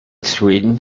sweden